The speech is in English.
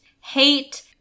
hate